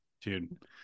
dude